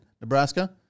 Nebraska